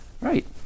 Right